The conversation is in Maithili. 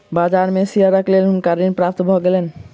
बाजार में शेयरक लेल हुनका ऋण प्राप्त भ गेलैन